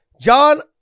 John